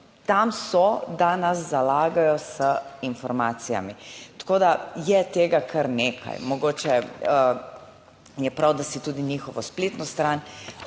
Tam so, da nas zalagajo z informacijami, tako da je tega kar nekaj. Mogoče je prav, da si tudi njihovo spletno stran